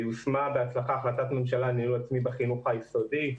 יושמה בהצלחה החלטת ממשלה לניהול עצמי בחינוך היסודי,